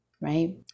right